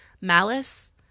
Malice